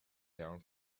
from